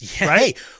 Right